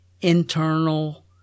internal